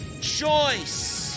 choice